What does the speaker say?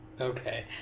Okay